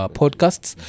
podcasts